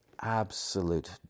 absolute